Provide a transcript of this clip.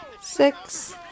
six